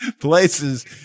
places